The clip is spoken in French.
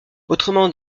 autrement